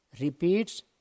repeats